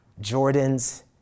Jordan's